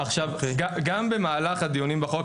גם במהלך הדיונים בחוק,